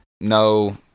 No